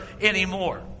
anymore